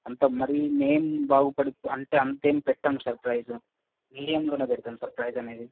అంత మరి మేము బాగుపడి అంటే అంత ఏమి పెట్టం సార్ ప్రైస్ మీడియంలో పెడతాం సార్ ప్రైస్ అనేది